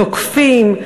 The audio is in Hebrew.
תוקפים,